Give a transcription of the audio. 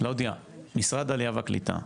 קלאודיה, משרד העלייה והקליטה,